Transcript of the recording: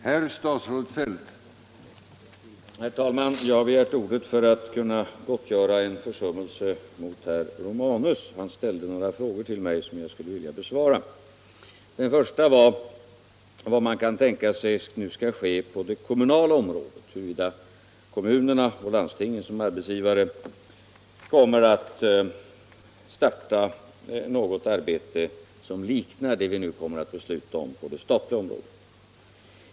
Herr talman! Jag har begärt ordet för att få tillfälle att gottgöra en försummelse mot herr Romanus. Han ställde några frågor till mig som jag skulle vilja besvara. Den första var vad man kan tänka sig skall ske på det kommunala området —- huruvida kommunerna och landstingen som arbetsgivare kommer att starta något arbete som liknar det som vi nu kommer att besluta om på det statliga området.